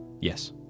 Yes